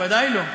בוודאי לא,